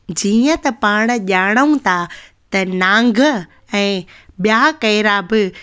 जीअं त पाण ॼाणूं था त नांग ऐं ॿिया केरा बि